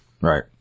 Right